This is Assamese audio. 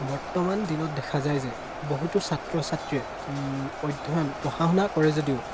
বৰ্তমান দিনত দেখা যায় যে বহুতো ছাত্ৰ ছাত্ৰীয়ে অধ্যয়ন পঢ়া শুনা কৰে যদিও